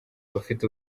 abafite